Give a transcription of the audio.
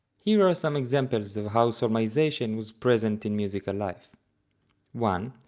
here are some examples of how solmization was present in musical life one.